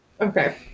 okay